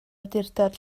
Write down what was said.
awdurdod